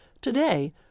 today